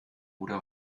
oder